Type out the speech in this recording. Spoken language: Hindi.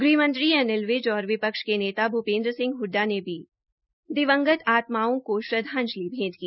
गृहमंत्री अनिल विज और विपक्ष के नेता भूपेन्द्र सिंह ह्ड्डा ने भी दिवंगत आत्माओं को श्रद्वांजिल भैंट की